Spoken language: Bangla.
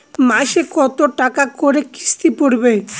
মাসে কত টাকা করে কিস্তি পড়বে?